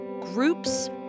Group's